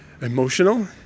emotional